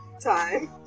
time